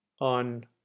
on